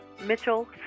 Mitchell